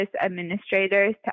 administrators